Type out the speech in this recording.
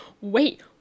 wait